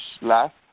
last